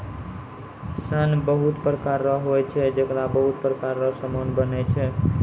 सन बहुत प्रकार रो होय छै जेकरा बहुत प्रकार रो समान बनै छै